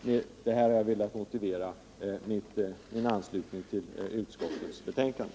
Med detta har jag velat motivera min anslutning till utskottets betänkande.